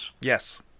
Yes